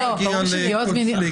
פגיעות מיניות